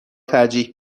ترجیح